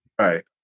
Right